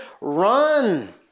run